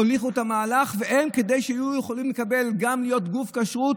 הוליכו את המהלך כדי שגם הם יוכלו להיות גוף כשרות,